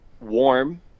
warm